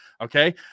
Okay